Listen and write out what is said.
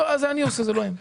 אני עושה את זה, לא הם.